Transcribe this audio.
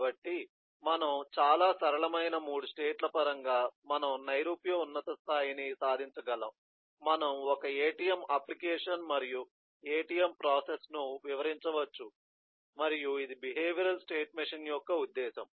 కాబట్టి మనం చాలా సరళమైన మూడు స్టేట్ ల పరంగా మనం నైరూప్య ఉన్నత స్థాయిని సాధించగలము మనము ఒక ATM అప్లికేషన్ మరియు ATM ప్రాసెస్ను వివరించవచ్చు మరియు ఇది బిహేవియరల్ స్టేట్ మెషీన్ యొక్క ఉద్దేశ్యం